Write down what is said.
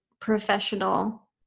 professional